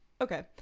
Okay